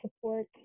support